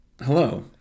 Hello